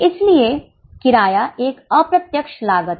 इसलिए किराया एक अप्रत्यक्ष लागत है